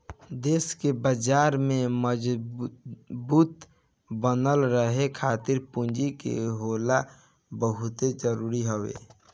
देस के बाजार में मजबूत बनल रहे खातिर पूंजी के होखल बहुते जरुरी हवे